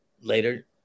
later